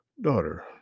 Daughter